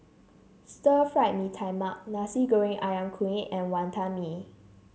Stir Fry Mee Tai Mak Nasi Goreng ayam Kunyit and Wantan Mee